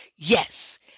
Yes